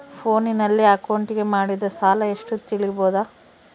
ಫೋನಿನಲ್ಲಿ ಅಕೌಂಟಿಗೆ ಮಾಡಿದ ಸಾಲ ಎಷ್ಟು ತಿಳೇಬೋದ?